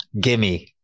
Gimme